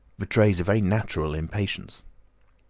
betrays a very natural impatience